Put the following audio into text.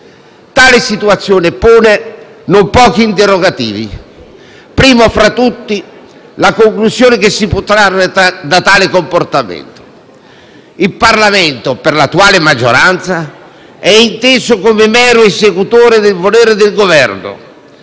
Tale situazione pone non pochi interrogativi, primo tra tutti la conclusione che si può trarre da tale comportamento: il Parlamento, per l'attuale maggioranza, è inteso come mero esecutore del volere del Governo,